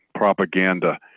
propaganda